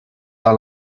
dans